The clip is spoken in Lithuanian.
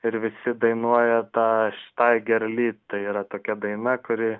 ir visi dainuoja tą štaigerli tai yra tokia daina kuri